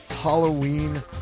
Halloween